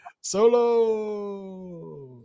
Solo